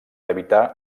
evitar